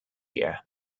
year